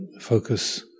focus